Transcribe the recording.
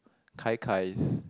kai kai's